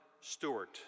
Stewart